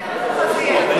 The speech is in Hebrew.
מתי להערכתך זה יהיה?